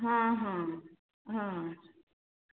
ହଁ ହଁ ହଁ